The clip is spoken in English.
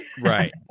Right